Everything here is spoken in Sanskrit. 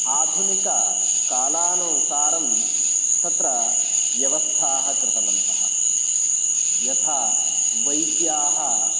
आधुनिककालानुसारं तत्र व्यवस्थाः कृतवन्तः यथा वैद्याः